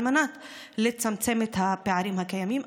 על מנת לצמצם את הפערים הקיימים,